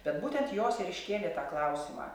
bet būtent jos ir iškėlė tą klausimą